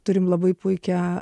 turim labai puikią